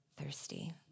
thirsty